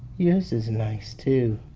yours is nice too.